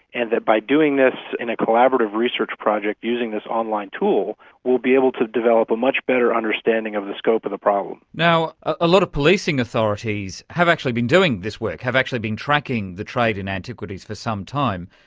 and that by doing this in a collaborative research project using this online tool we'll be able to develop a much better understanding of the scope of the problem. a lot of policing authorities have actually been doing this work, have actually been tracking the trade in antiquities for some time.